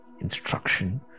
instruction